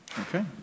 Okay